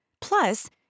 Plus